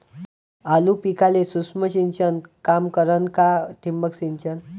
आलू पिकाले सूक्ष्म सिंचन काम करन का ठिबक सिंचन?